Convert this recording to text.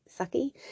sucky